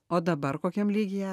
o dabar kokiame lygyje